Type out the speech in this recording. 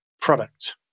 product